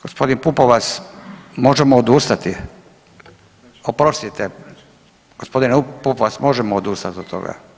Gospodin Pupovac možemo odustati, oprostite, gospodin Pupovac možemo odustati od toga?